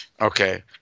Okay